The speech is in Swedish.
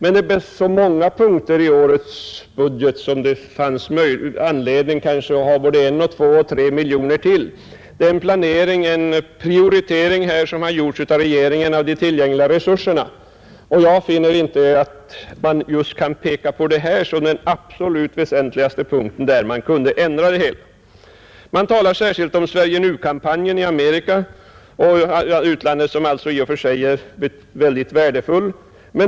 På många punkter i årets budget fanns det kanske anledning att ge 1, 2 eller 3 miljoner kronor till, men regeringen har gjort en prioritering av tillgängliga resurser. Jag finner inte att man kan peka på just detta såsom den absolut väsentligaste punkten där man kan ändra prioriteringen. Man talar särskilt om Sverige Nu-kampanjen i utlandet, som i och för sig är väldigt värdefull.